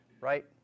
right